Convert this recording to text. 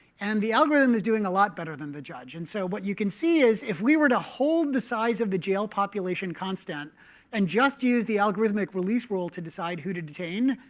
and the algorithm is doing a lot better than the judge. and so what you can see is if we were to hold the size of the jail population constant and just use the algorithmic release rule to decide who to detain,